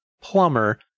plumber